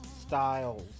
styles